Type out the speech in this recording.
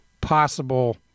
possible